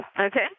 Okay